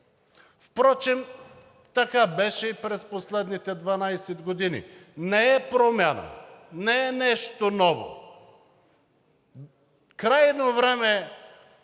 Впрочем така беше и през последните 12 години – не е промяна, не е нещо ново. Крайно време